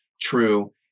true